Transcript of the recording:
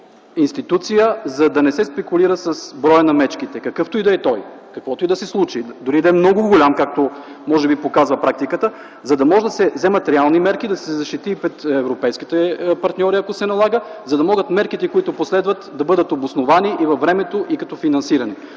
институция, за да не се спекулира с броя на мечките - какъвто и да е той, каквото и да се случи, дори да е много голям, както може би показва практиката, за да могат да се вземат реални мерки, да се защитят пред европейските партньори, ако се налага, за да може мерките, които последват, да са обосновани във времето и като финансиране.